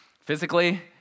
physically